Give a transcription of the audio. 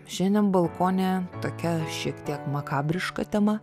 šiandien balkone tokia šiek tiek makabriška tema